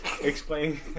Explain